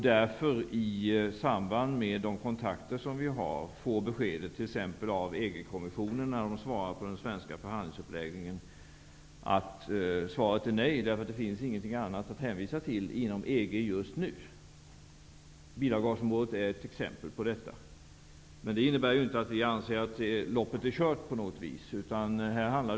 Vi kan t.ex. när EG-kommissionen uttalar sig om den svenska förhandlingsuppläggningen få ett negativt besked därför att det just nu inte finns något annat att hänvisa till inom EG. Bilavgasområdet är ett exempel på detta. Men det innebär inte att vi anser att loppet på något sätt är kört.